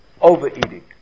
overeating